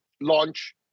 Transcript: launch